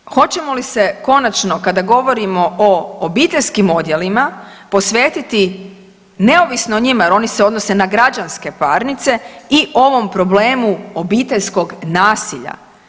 Znači hoćemo li se konačno kada govorimo o obiteljskim odjelima posvetiti neovisno o njima jer oni se odnose na građanske parnice i ovom problemu obiteljskog nasilja.